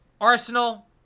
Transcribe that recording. Arsenal